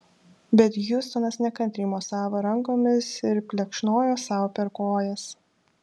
bet hiustonas nekantriai mosavo rankomis ir plekšnojo sau per kojas